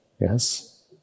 Yes